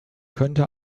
könnte